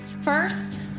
First